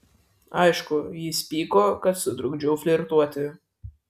aišku jis pyko kad sutrukdžiau flirtuoti